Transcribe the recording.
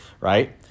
right